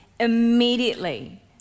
Immediately